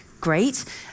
Great